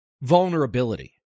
vulnerability